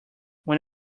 when